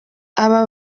aba